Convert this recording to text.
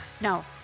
no